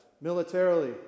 Militarily